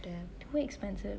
damn